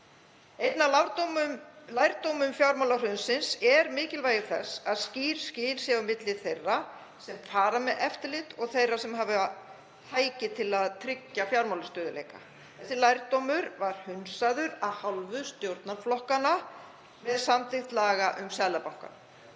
Einn af lærdómum fjármálahrunsins er mikilvægi þess að skýr skil séu á milli þeirra sem fara með eftirlit og þeirra sem hafa tæki til að tryggja fjármálastöðugleika. Sá lærdómur var hunsaður af stjórnarflokkunum með samþykkt laga um Seðlabankann.